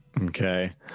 Okay